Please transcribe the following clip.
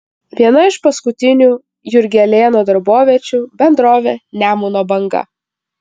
viena iš paskutinių jurgelėno darboviečių bendrovė nemuno banga